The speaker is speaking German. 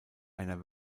einer